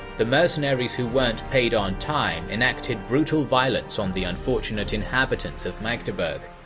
the mercenaries who weren't paid on time enacted brutal violence on the unfortunate inhabitants of magdeburg.